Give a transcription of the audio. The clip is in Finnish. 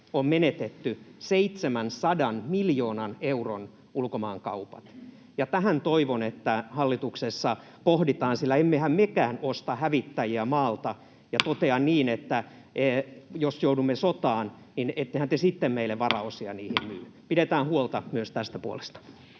on menetetty 700 miljoonan euron ulkomaankaupat. Toivon, että tätä hallituksessa pohditaan, sillä emmehän mekään osta hävittäjiä maalta ja totea niin, että jos joudumme sotaan, ettehän te sitten meille varaosia niihin myy. Pidetään huolta myös tästä puolesta.